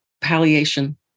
palliation